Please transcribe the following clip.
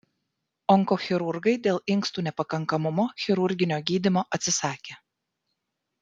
onkochirurgai dėl inkstų nepakankamumo chirurginio gydymo atsisakė